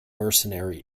mercenary